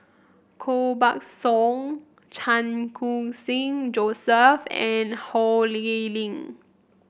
Koh Buck Song Chan Khun Sing Joseph and Ho Lee Ling